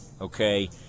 okay